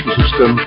system